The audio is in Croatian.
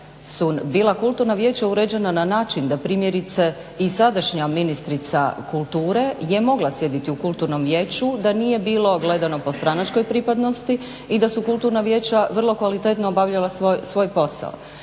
bila Kulturna vijeća uređena na način da primjerice i sadašnja ministrica kulture je mogla sjediti u Kulturnom vijeću da nije bilo gledano po stranačkoj pripadnosti i da su Kulturna vijeća vrlo kvalitetno obavljala svoj posao.